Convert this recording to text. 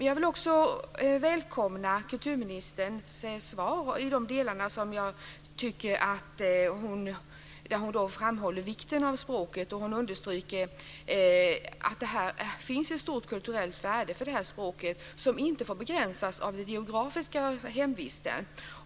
Jag vill välkomna kulturministerns svar i de delar där jag tycker att hon framhåller vikten av språket och där hon understryker att det finns ett stort kulturellt värde i det här språket, som inte får begränsas av den geografiska hemvisten.